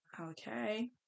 okay